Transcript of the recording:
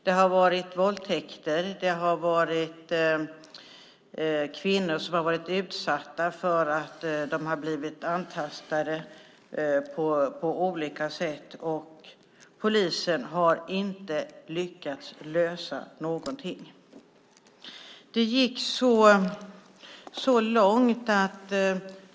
Det har varit våldtäkter och kvinnor har blivit antastade på olika sätt. Polisen har inte lyckats lösa något.